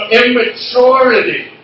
immaturity